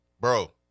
Bro